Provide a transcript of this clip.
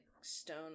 stone